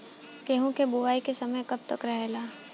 गेहूँ के बुवाई के समय कब तक रहेला?